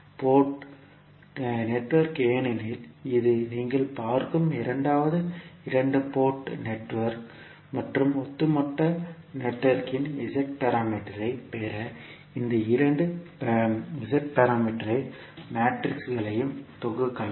board network ஏனெனில் இது நீங்கள் பார்க்கும் இரண்டாவது இரண்டு போர்ட் நெட்வொர்க் மற்றும் ஒட்டுமொத்த நெட்வொர்க்கின் Z பாராமீட்டர் ஐ பெற இந்த இரண்டு Z பாராமீட்டர் ஐ மேட்ரிக்ஸ்களையும் தொகுக்கலாம்